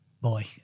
boy